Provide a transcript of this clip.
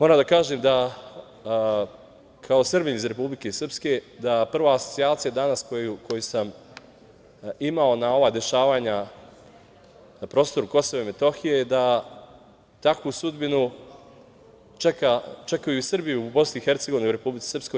Moram da kažem da kao Srbin iz Republike Srpske da prva asocijacija danas koju sam imao na ova dešavanja na prostoru Kosova i Metohije da takvu sudbinu čekaju i Srbi u Bosni i Hercegovini i u Republici Srpskoj.